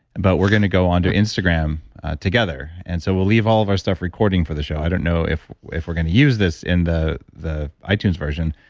and but we're going to go onto instagram together. and so we'll leave all of our stuff recording for the show. i don't know if if we're going to use this in the the itunes version.